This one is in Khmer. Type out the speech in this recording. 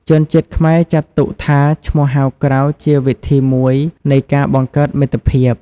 ជនជាតិខ្មែរចាត់ទុកថាឈ្មោះហៅក្រៅជាវិធីមួយនៃការបង្កើតមិត្តភាព។